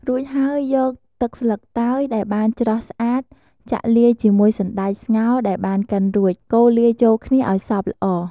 រួចហើយ យកទឹកស្លឹកតើយដែលបានច្រោះស្អាត ចាក់លាយជាមួយសណ្ដែកស្ងោរដែលបានកិនរួច កូរលាយចូលគ្នាឱ្យសព្វល្អ។